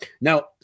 Now